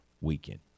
weekend